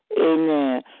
Amen